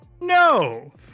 No